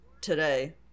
today